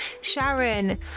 Sharon